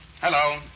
Hello